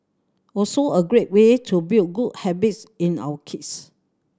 also a great way to build good habits in our kids